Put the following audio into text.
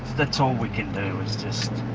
that's all we can do is just,